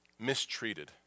mistreated